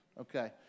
Okay